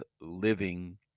living